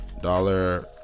Dollar